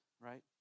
right